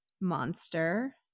Monster